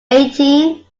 eighteen